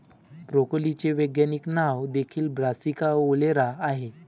ब्रोकोलीचे वैज्ञानिक नाव देखील ब्रासिका ओलेरा आहे